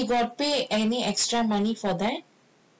then he got pay any extra money for that